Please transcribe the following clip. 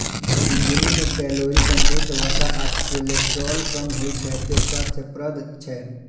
झिंगुनी मे कैलोरी, संतृप्त वसा आ कोलेस्ट्रॉल कम होइ छै, तें स्वास्थ्यप्रद छै